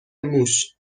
موش